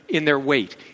in their weight.